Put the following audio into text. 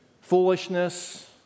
Foolishness